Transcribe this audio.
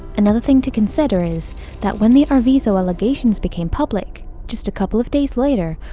another thing to consider is that when the arvizo allegations became public, just a couple of days later,